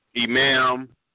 Imam